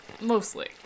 Mostly